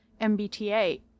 MBTA